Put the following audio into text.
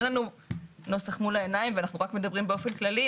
לנו נוסח מול העיניים ואנחנו רק מדברים באופן כללי,